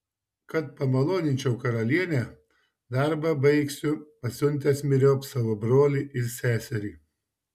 kad pamaloninčiau karalienę darbą baigsiu pasiuntęs myriop savo brolį ir seserį